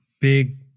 big